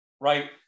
Right